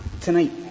tonight